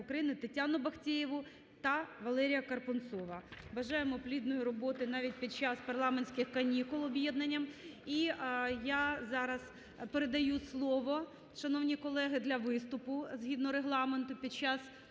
України Тетяну Бахтеєву та Валерія Карпунцова. Бажаємо плідної роботи навіть під час парламентських канікул об'єднання. І я зараз передаю слово, шановні колеги, для виступу згідно Регламенту під час